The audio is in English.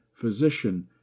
physician